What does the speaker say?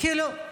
כאילו,